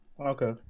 Okay